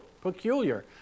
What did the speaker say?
peculiar